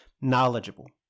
knowledgeable